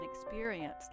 experience